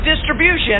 distribution